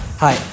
Hi